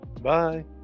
Bye